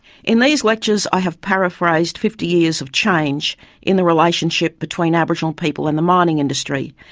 in these lectures, i have paraphrased fifty years of change in the relationship between aboriginal people and the mining industry,